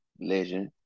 legend